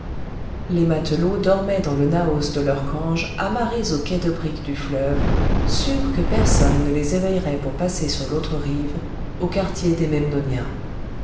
les matelots dormaient dans le naos de leurs canges amarrées au quai de briques du fleuve sûrs que personne ne les éveillerait pour passer sur l'autre rive au quartier des memnonia au